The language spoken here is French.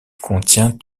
contient